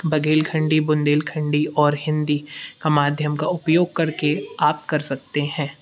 बघेलखंडी बुन्देलखंडी और हिन्दी का माध्यम का उपयोग करके आप कर सकते हैं